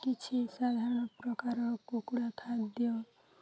କିଛି ସାଧାରଣ ପ୍ରକାର କୁକୁଡ଼ା ଖାଦ୍ୟ